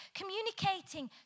communicating